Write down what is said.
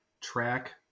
track